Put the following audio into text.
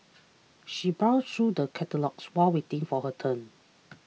she browsed through the catalogues while waiting for her turn